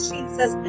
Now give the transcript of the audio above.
Jesus